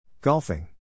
Golfing